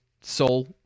soul